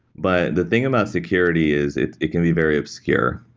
but the thing about security is it it can be very obscure.